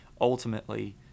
ultimately